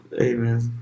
Amen